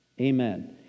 Amen